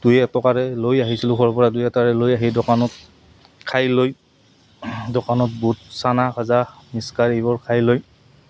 দুই এটকাৰে লৈ আহিছিলোঁ ঘৰৰ পৰা দুই এটকাৰে লৈ আহি দোকানত খাই লৈ দোকানত বুট চানা ভাজা মিক্সাৰ এইবোৰ খাই লৈ